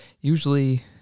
usually